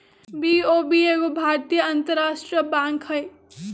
BOB एगो भारतीय अंतरराष्ट्रीय बैंक हइ